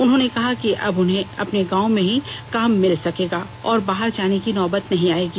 उन्होंने कहा कि अब उन्हें अपने गांव में ही काम मिल सकेगा और बाहर जाने की नौबत नहीं आएगी